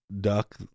duck